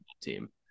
team